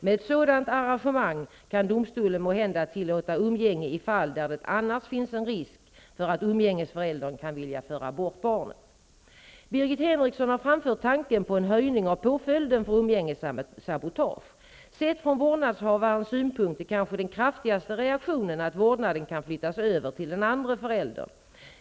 Med ett sådant arrangemang kan domstolen måhända tillåta umgänge i fall där det annars finns en viss risk för att umgängesföräldern kan vilja föra bort barnet. Birgit Henriksson har framfört tanken på en höjning av påföljden för umgängessabotage. Sett från vårdnadshavarens synpunkt är kanske den kraftigaste reaktionen att vårdnaden flyttas över till den andre föräldern.